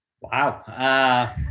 Wow